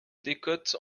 décote